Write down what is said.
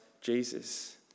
Jesus